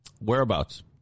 Whereabouts